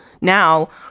now